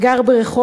הוא גר ברחובות,